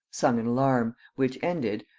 sung an alarm, which ended,